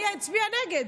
אני אצביע נגד.